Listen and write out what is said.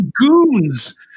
goons